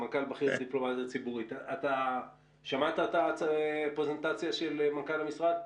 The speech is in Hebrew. אתה שמעת את הפרזנטציה של מנכ"ל המשרד?